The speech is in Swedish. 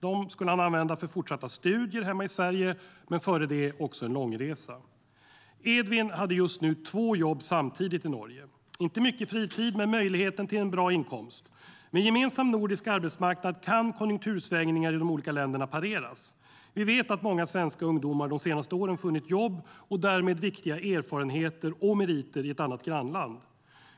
Dessa skulle användas för fortsatta studier hemma i Sverige men först också en långresa. Edvin hade just nu två jobb samtidigt i Norge. Det blir inte mycket fritid men en möjlighet till bra inkomst. Med en gemensam nordisk arbetsmarknad kan konjunktursvängningar i de olika länderna pareras. Vi vet att många svenska ungdomar de senaste åren funnit jobb och därmed fått viktiga erfarenheter och meriter i ett annat grannland.